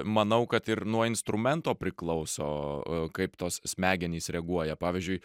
manau kad ir nuo instrumento priklauso kaip tos smegenys reaguoja pavyzdžiui